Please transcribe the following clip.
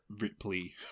ripley